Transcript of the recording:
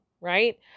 right